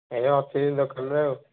ଏ ଅଛି ଦୋକାନରେ ଆଉ